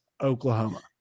Oklahoma